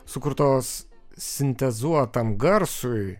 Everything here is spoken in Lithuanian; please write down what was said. sukurtos sintezuotam garsui